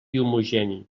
homogeni